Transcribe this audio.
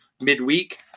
midweek